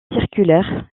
circulaires